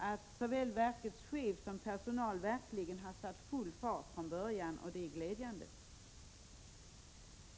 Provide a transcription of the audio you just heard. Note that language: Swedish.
Men såväl verkets chef som dess personal har satt full fart från början, och det är glädjande.